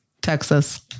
Texas